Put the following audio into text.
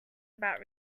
about